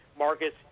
Marcus